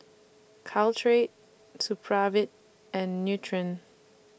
Caltrate Supravit and Nutren